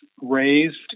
raised